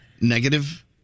negative